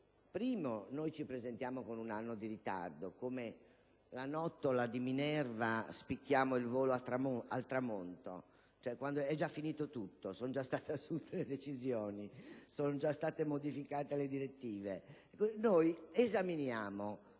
primo luogo, ci presentiamo con un anno di ritardo: come la nottola di Minerva, noi spicchiamo il volo al tramonto, quando è già finito tutto, sono già state assunte le decisioni e modificate le direttive. Noi esaminiamo